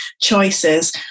choices